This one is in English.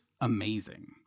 amazing